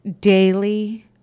daily